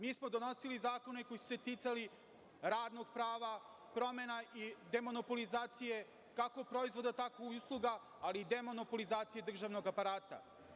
Mi smo donosili zakone koji su se ticali radnog prava, promena i demonopolizacije kako proizvoda tako i usluga, ali i demonopolizacije državnog aparata.